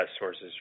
sources